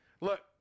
Look